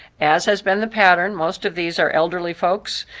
as has been the pattern, most of these are elderly folks,